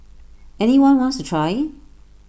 any one wants to try